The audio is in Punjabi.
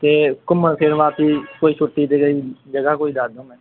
ਅਤੇ ਘੁੰਮਣ ਫਿਰਨ ਵਾਸਤੇ ਕੋਈ ਜਗ੍ਹਾ ਕੋਈ ਦੱਸ ਦਿਉ ਮੈਮ